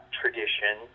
tradition